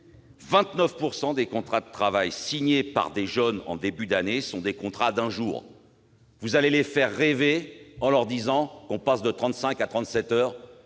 29 % des contrats de travail signés par des jeunes en début d'année sont des contrats d'un jour. Vous allez les faire rêver, en leur disant que l'on passe de 35 heures